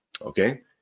okay